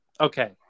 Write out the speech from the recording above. okay